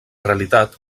realitat